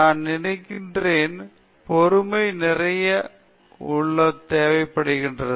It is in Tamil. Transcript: நான் நினைக்கிறேன் பொறுமை நிறைய புள்ளி உள்ளது